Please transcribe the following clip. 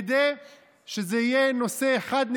כדי שזה יהיה נושא חד,